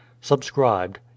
Subscribed